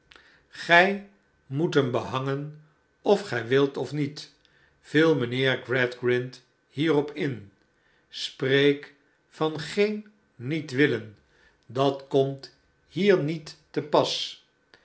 gij moet hem behangen of gij wilt of niet viel mijnheer gradgrind hierop in spreek van geen niet willen dat komt hier niet te pas